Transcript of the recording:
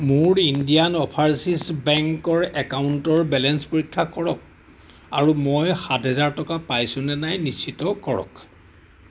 মোৰ Indian overseas বেংকৰ একাউণ্টৰ বেলেঞ্চ পৰীক্ষা কৰক আৰু মই সাত হেজাৰ টকা পাইছো নে নাই নিশ্চিত কৰক